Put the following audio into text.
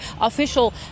official